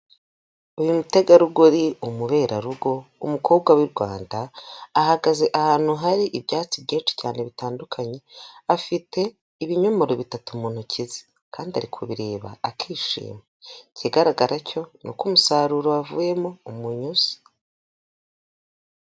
Uyu mutegarugori, umuberarugo, umukobwa w'i Rwanda, ahagaze ahantu hari ibyatsi byinshi cyane bitandukanye, afite ibinyomoro bitatu mu ntoki ze kandi ari kubireba akishima, ikigaragara cyo ni uko umusaruro wavuyemo umunyuze.